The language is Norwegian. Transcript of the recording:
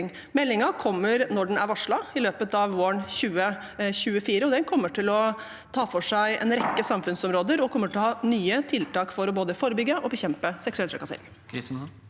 Meldingen kommer når den er varslet å komme – i løpet av våren 2024. Den kommer til å ta for seg en rekke samfunnsområder og vil inneholde nye tiltak for både å forebygge og bekjempe seksuell trakassering.